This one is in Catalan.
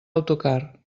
autocar